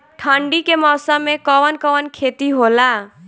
ठंडी के मौसम में कवन कवन खेती होला?